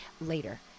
later